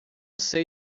sei